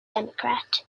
democrat